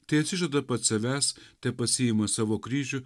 teišsižada pats savęs tepasiima savo kryžių